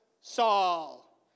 Saul